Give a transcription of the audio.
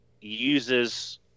uses